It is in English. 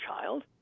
child